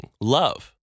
love